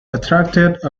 attracted